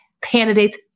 candidates